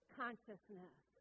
consciousness